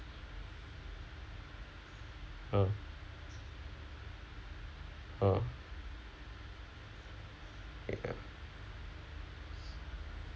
uh uh ya